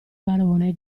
barone